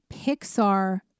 Pixar